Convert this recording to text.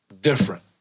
different